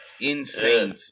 Insane